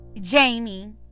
Jamie